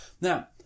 Now